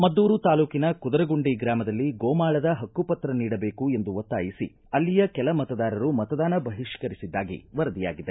ಮದ್ದೂರು ತಾಲೂಕಿನ ಕುದರಗುಂಡಿ ಗ್ರಾಮದಲ್ಲಿ ಗೋಮಾಳದ ಪಕ್ಕುಪತ್ರ ನೀಡಬೇಕು ಎಂದು ಒತ್ತಾಯಿಸಿ ಅಲ್ಲಿಯ ಕೆಲ ಮತದಾರರು ಮತದಾನ ಬಹಿಷ್ಕರಿಸಿದ್ದಾಗಿ ವರದಿಯಾಗಿದೆ